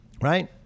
right